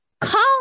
call